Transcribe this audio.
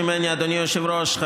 אדוני היושב-ראש,